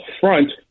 front